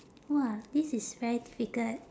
!wah! this is very difficult